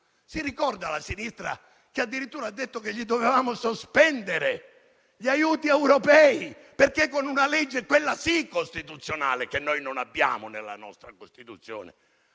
Si ricorda la sinistra di aver addirittura detto che gli avremmo dovuto sospendere gli aiuti europei, perché con una legge - quella sì -costituzionale (che noi non abbiamo nella nostra Costituzione)